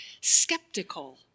skeptical